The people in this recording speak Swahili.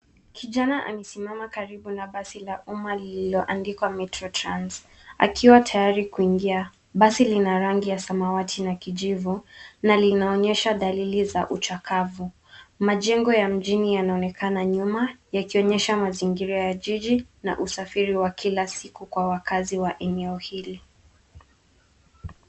Kijana amesimama karibu na basi la umma lililoandikwa metro trans akiwa tayari kuingia basi linarangi ya samawati na kijivu na linaonyesha dalili za uchakavu majengo ya mjini yanaonekana nyuma yakionyesha mazingira ya jiji na usafiri wa kila siku kwa wakaazi wa eneo hili.